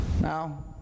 Now